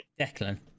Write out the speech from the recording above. Declan